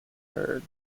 heard